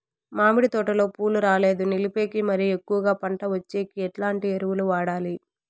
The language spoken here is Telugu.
మామిడి తోటలో పూలు రాలేదు నిలిపేకి మరియు ఎక్కువగా పంట వచ్చేకి ఎట్లాంటి ఎరువులు వాడాలి?